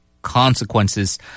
Consequences